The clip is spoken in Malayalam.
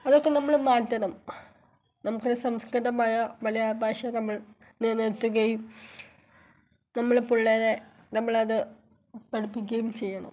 അതൊക്കെ നമ്മള് മാറ്റണം നമ്മുടെ സംസ്കൃതമായ മലയാള ഭാഷയെ നമ്മൾ നിലനിർത്തുകയും നമ്മുടെ പിള്ളേരെ നമ്മളത് പഠിപ്പിക്കുകയും ചെയ്യണം